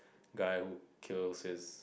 guy who kills his